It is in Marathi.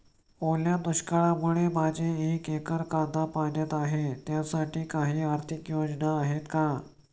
ओल्या दुष्काळामुळे माझे एक एकर कांदा पाण्यात आहे त्यासाठी काही आर्थिक योजना आहेत का?